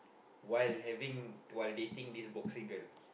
while having while dating this boxing girl